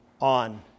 on